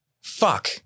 Fuck